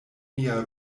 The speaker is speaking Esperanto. mia